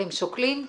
אתם שוקלים?